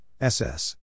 SS